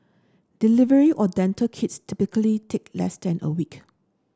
delivery or dental kits typically take less than a week